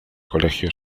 colegio